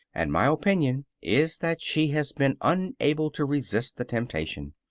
and my opinion is that she has been unable to resist the temptation.